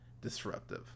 disruptive